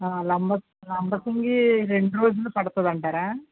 లంబ లంబసింగి రెండు రోజులు పడుతుంది అంటారా